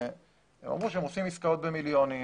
והם אמרו שהם עושים עסקאות במיליונים,